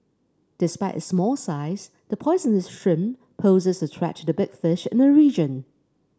despite its small size the poisonous shrimp poses a threat to the big fish in the region